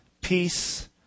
peace